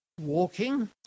walking